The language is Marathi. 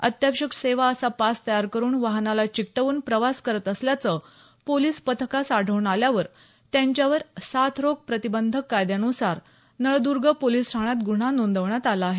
अत्यावश्यक सेवा असा पास तयार करुन वाहनाला चिटकव्न प्रवास करत असल्याचं पोलिस पथकास आढळुन आल्यावर त्यांच्यावर साथरोग प्रतिबंधक कायद्यानुसार नळदुर्ग पोलीस ठाण्यात गुन्हा नोंदवण्यात आला आहे